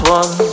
one